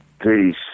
Peace